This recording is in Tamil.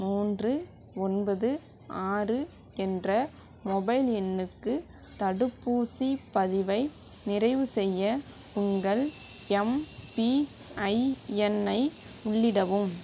மூன்று ஒன்பது ஆறு என்ற மொபைல் எண்ணுக்கு தடுப்பூசி பதிவை நிறைவு செய்ய உங்கள் எம்பிஐ எண்ணை உள்ளிடவும்